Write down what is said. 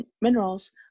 minerals